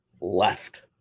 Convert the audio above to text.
left